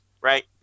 right